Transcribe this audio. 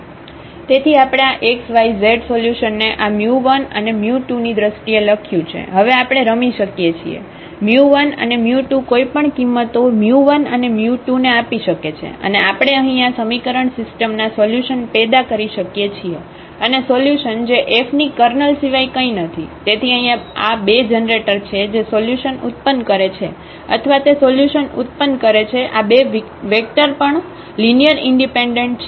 તેથી આપણે આ x y z સોલ્યુશનને આ 1 અને 2 ની દ્રષ્ટિએ લખ્યું છે હવે આપણે રમી શકીએ છીએ 1 અને 2કોઈ પણ કિંમતો 1 અને 2 ને આપી શકે છે અને આપણે અહીં આ સમીકરણ સિસ્ટમના સોલ્યુશન પેદા કરી શકીએ છીએ અને સોલ્યુશન જે F ની કર્નલ સિવાય કંઈ નથી તેથી અહીં આ બે જનરેટર છે જે સોલ્યુશન ઉત્પન્ન કરે છે અથવા તે સોલ્યુશન ઉત્પન્ન કરે છે આ બે વેક્ટર પણ લિનિયર ઇન્ડિપેન્ડન્ટ છે